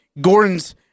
Gordon's